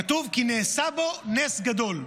כתוב, כי נעשה בו נס גדול.